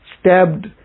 stabbed